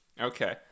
Okay